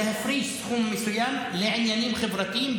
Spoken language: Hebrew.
להפריש סכום מסוים לעניינים חברתיים,